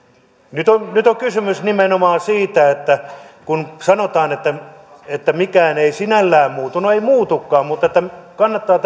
nyt on nyt on kysymys nimenomaan siitä että kun sanotaan että että mikään ei sinällään muutu niin ei muutukaan mutta kannattaa